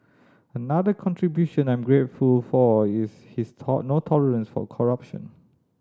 another contribution I'm grateful for is his no tolerance for corruption